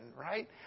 right